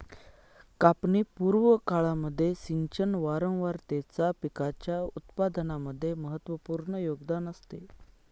कापणी पूर्व काळामध्ये सिंचन वारंवारतेचा पिकाच्या उत्पादनामध्ये महत्त्वपूर्ण योगदान असते